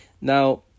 Now